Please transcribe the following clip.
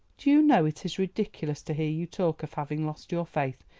do you know it is ridiculous to hear you talk of having lost your faith,